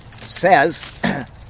says